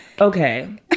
okay